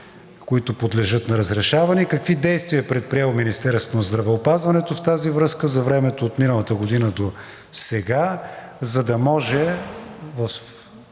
които подлежат на разрешаване, и какви действия е предприело Министерството на здравеопазването в тази връзка за времето от миналата година досега, за да може